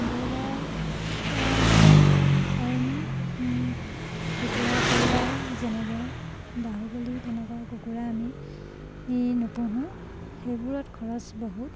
broiler বা অইন কুকুৰা কয়লা যেনেকে বাহুবলী তেনেকুৱা কুকুৰা আমি নুপুহোঁ সেইবোৰত খৰচ বহুত